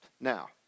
Now